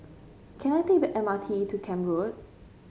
can I take the M R T to Camp Road